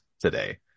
today